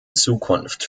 zukunft